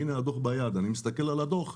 הינה, הדוח ביד, אני מסתכל על הדוח,